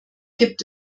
gibt